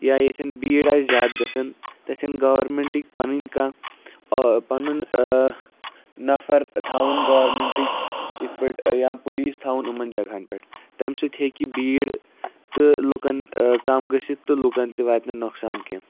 یا ییٚتھٮ۪ن بھیٖڑ آسہِ زیادٕ گژھن تَتھٮ۪ن گورمٮ۪نٹٕکۍ پَنٕنۍ کانٛہہ آ پَنُن نَفر تھاوُن گورمٮ۪نٹٕکۍ یِتھ پٲٹھۍ یا پُلیٖس تھاوُن یِمَن جگہَن پٮ۪ٹھ تَمہِ سۭتۍ ہیٚکہِ بھیٖڑ تہٕ لُکَن کَم گٔژھِتھ تہٕ لُکَن تہِ واتہِ نہٕ نۄقصان کیٚنہہ